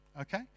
Okay